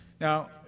Now